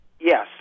Yes